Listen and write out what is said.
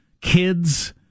kids